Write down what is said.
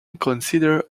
considered